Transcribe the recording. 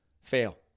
fail